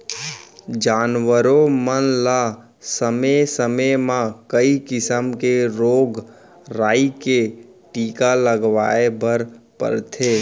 जानवरों मन ल समे समे म कई किसम के रोग राई के टीका लगवाए बर परथे